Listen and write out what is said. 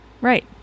Right